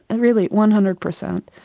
really one hundred per cent,